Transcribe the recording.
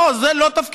לא.